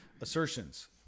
assertions